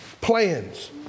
plans